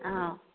ꯑꯥꯎ